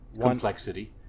complexity